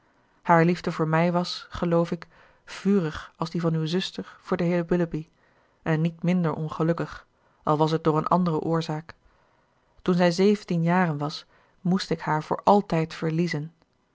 haar liefde voor mij was geloof ik vurig als die van uwe zuster voor den heer willoughby en niet minder ongelukkig al was het door eene andere oorzaak toen zij zeventien jaren was moest ik haar voor altijd verliezen